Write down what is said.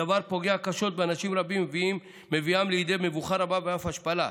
הדבר פוגע קשות באנשים רבים ומביאם לידי מבוכה רבה ואף השפלה.